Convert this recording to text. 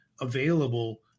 available